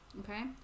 okay